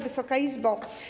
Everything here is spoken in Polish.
Wysoka Izbo!